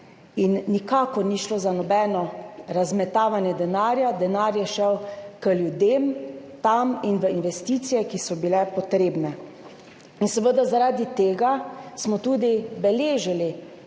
Nikakor ni šlo za nobeno razmetavanje denarja, denar je šel k ljudem in v investicije, ki so bile potrebne. Zaradi tega smo seveda tudi beležili